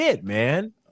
man